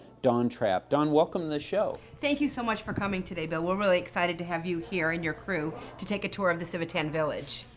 dawn trapp. dawn, welcome to the show. thank you so much for coming today, bill. we're really excited to have you here and your crew to take a tour of the civitan village.